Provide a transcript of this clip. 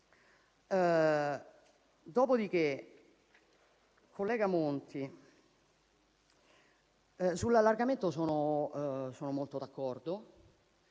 Dopodiché, collega Monti, sull'allargamento sono molto d'accordo